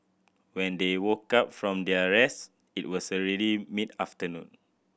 when they woke up from their rest it was already mid afternoon